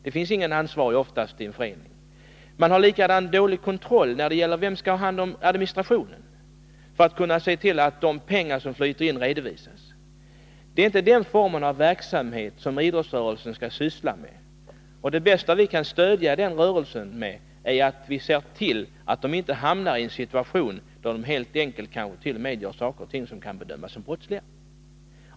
Det finns oftast ingen ansvarig i en förening. Man har ungefär lika dålig kontroll när det gäller vem som skall ha hand om administrationen för att se till att de pengar som flyter in redovisas. Det är inte den formen av verksamhet som idrottsrörelsen skall syssla med. Det bästa stöd vi kan ge den rörelsen är att se till att den inte hamnar i en sådan situation att den rent av kan råka göra sådant som kan bedömas som brottsligt.